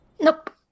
Nope